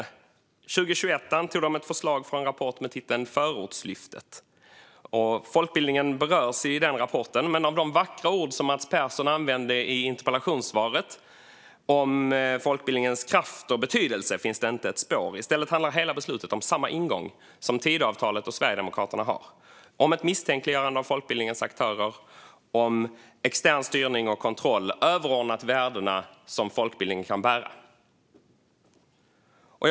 År 2021 antog de ett förslag från en rapport med titeln Förortslyftet . Folkbildningen berörs i rapporten, men av de vackra ord Mats Persson använder i interpellationssvaret om folkbildningens kraft och betydelse syns inte ett spår. I stället handlar hela beslutet om samma ingång som Tidöavtalet och Sverigedemokraterna har, nämligen misstänkliggörande av folkbildningens aktörer och extern styrning och kontroll som överordnas de värden som folkbildningen bär upp.